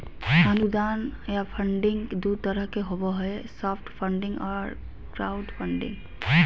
अनुदान या फंडिंग दू तरह के होबो हय सॉफ्ट फंडिंग आर क्राउड फंडिंग